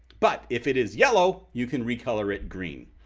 but if it is yellow, you can recolor it green.